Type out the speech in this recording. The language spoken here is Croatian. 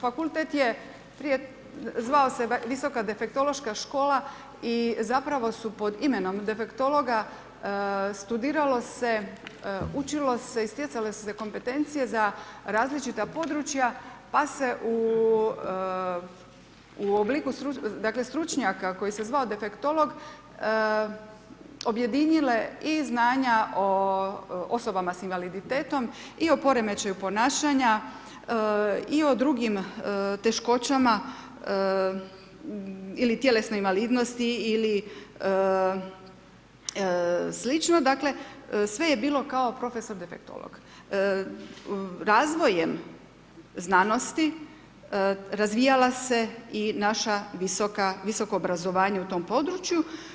Fakultet je prije, zvao se Visoka defektološka škola i zapravo su pod imenom defektologa, studiralo se, učilo se i stjecale su se kompetencije za različita područja, pa se u obliku, dakle, stručnjaka koji se zvao defektolog, objedinile i znanja o osobama s invaliditetom i o poremećaju ponašanja i o drugim teškoćama ili tjelesne invalidnosti ili sl., dakle, sve je bilo kao prof. defektolog razvojem znanosti razvijala se i naša visoka, visoko obrazovanje u tom području.